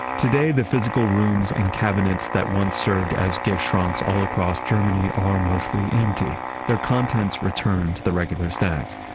today, the physical rooms and cabinets that once served as giftschranks all across germany are mostly empty, their contents returned to the regular stacks.